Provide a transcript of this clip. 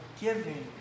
giving